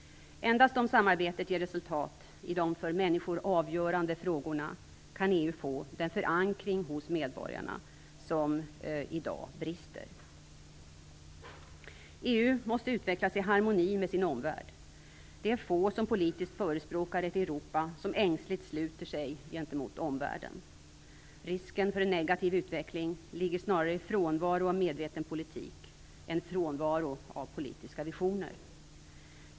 Endast om samarbetet ger resultat i de för människor avgörande frågorna kan EU få den förankring hos medborgarna som i dag brister. EU måste utvecklas i harmoni med sin omvärld. Det är få som politiskt förespråkar ett Europa som ängsligt sluter sig gentemot omvärlden. Risken för en negativ utveckling ligger snarare i frånvaro av medveten politik och frånvaro av politiska visioner.